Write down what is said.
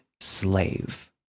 slave